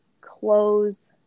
close